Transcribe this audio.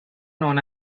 known